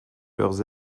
leurs